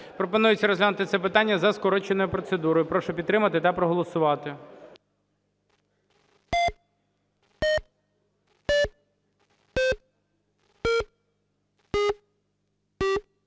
Пропонується розглянути це питання за скороченою процедурою. Прошу підтримати та проголосувати.